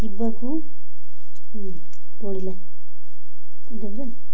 ଯିବାକୁ ପଡ଼ିଲା